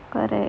correct